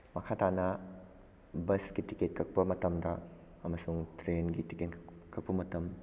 ꯃꯈꯥ ꯇꯥꯅ ꯕꯁꯀꯤ ꯇꯤꯀꯦꯠ ꯀꯛꯄ ꯃꯇꯝꯗ ꯑꯃꯁꯨꯡ ꯇ꯭ꯔꯦꯟꯒꯤ ꯇꯤꯀꯦꯠ ꯀꯛꯄ ꯃꯇꯝ